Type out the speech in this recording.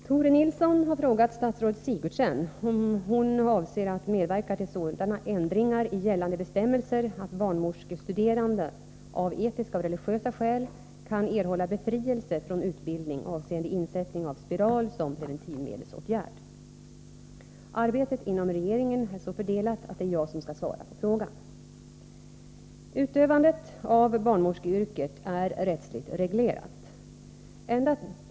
Herr talman! Tore Nilsson har frågat statsrådet Sigurdsen om hon avser att medverka till sådana ändringar i gällande bestämmelser att barnmorskestuderande av etiska och religiösa skäl kan erhålla befrielse från utbildning avseende insättning av spiral som preventivmedelsåtgärd. Arbetet inom regeringen är så fördelat att det är jag som skall svara på frågan. Utövandet av barnmorskeyrket är rättsligt reglerat.